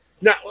Now